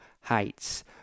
heights